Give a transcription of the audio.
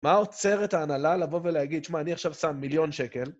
מה עוצר את ההנהלה? לבוא ולהגיד, שמע, אני עכשיו שם מיליון שקל.